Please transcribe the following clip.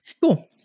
cool